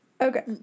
Okay